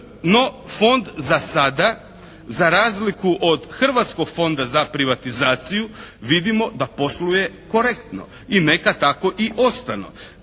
No, fond za sada za razliku od Hrvatskog fonda za privatizaciju vidimo da posluje korektno i neka tako i ostane.